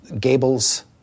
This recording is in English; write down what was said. gables